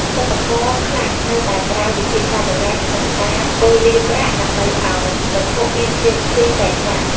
សិប្បករខ្លះនៅតែប្រើ វិធីសាស្រ្តបុរាណ ក្នុងការប៉ូលាប្រាក់ ដើម្បីឱ្យវត្ថុមានភាពភ្លឺចែងចាំង។